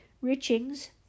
Richings